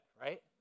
right